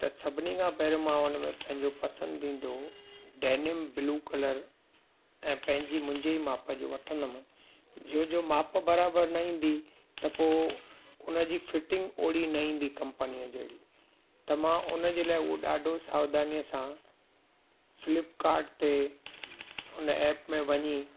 त सभिनी खां पहिरियों मां उन में पंहिंजो पसंदीदो डैनिम ब्लू कलर ऐं पंहिंजी मुंहिंजे ई माप जो वठंदमि जियो जियो माप बराबरु न ईंदी त पोइ उन जी फिटिंग ओड़ी न ईंदी कंपनीअ जहिड़ी त मां उन जे लाइ उहो ॾाढो सावधानीअ सां फ्लिपकार्ट ते उन ऐप में वञी